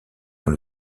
dans